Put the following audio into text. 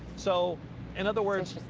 so in other words.